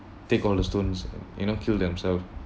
take all the stones you know kill themselves